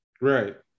Right